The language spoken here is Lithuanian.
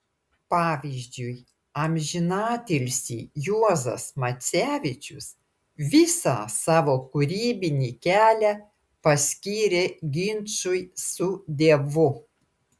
pavyzdžiui amžinatilsį juozas macevičius visą savo kūrybinį kelią paskyrė ginčui su dievu